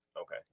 Okay